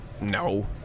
no